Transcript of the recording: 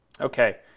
okay